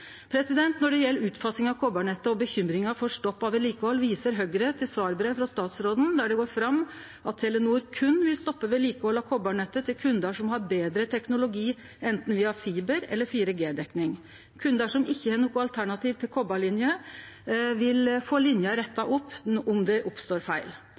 Når det gjeld utfasing av koparnettet og bekymringa for stopp av vedlikehald, viser Høgre til svarbrev frå statsråden der det går fram at Telenor berre vil stoppe vedlikehald av koparnettet til kundar som har betre teknologi anten via fiber eller 4G-dekning. Kundar som ikkje har noko alternativ til koparlinje, vil få linja retta opp om det oppstår feil.